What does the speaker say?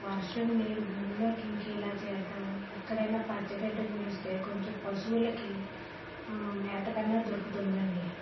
వర్షం నీరు భూమిలోకి ఇంకేలా చేద్దాము ఎక్కడైనా పచ్చగడ్డి మొలిస్తే కొంచెం పశువులకి మేతకన్నా దొరుకుతుందండి